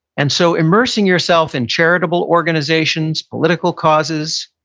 and so immersing yourself in charitable organizations, political causes,